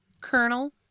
Colonel